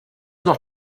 noch